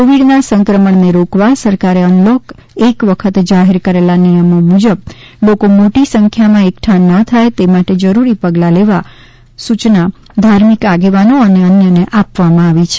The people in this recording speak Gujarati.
કોવિડના સંક્રમણને રોકવા સરકારે અનલોક એક વખતે જાહેર કરેલા નિયમો મુજબ લોકો મોટી સંખ્યામાં એકઠા ન થાય તે માટે જરૂરી પગલાં લેવાની સુચના ધાર્મિક આગેવાનો અને અન્યને આપવામાં આવી છે